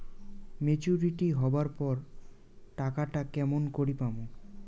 Maturity হবার পর টাকাটা কেমন করি পামু?